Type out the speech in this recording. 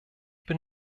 bin